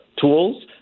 tools